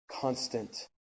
constant